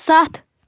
سَتھ